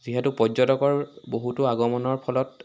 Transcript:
যিহেতু পৰ্যটকৰ বহুতো আগমনৰ ফলত